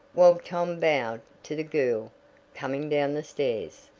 while tom bowed to the girl coming down the stairs.